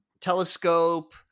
telescope